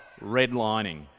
redlining